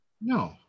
No